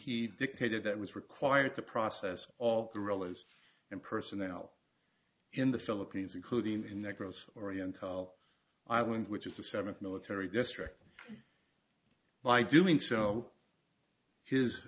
he dictated that was required to process all guerrillas and personnel in the philippines including in the gross oriental island which is the seventh military district by doing